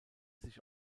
sich